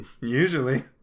usually